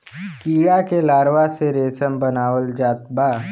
कीड़ा के लार्वा से रेशम बनावल जात बा